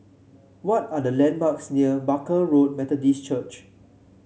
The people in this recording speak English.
what are the landmarks near Barker Road Methodist Church